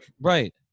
Right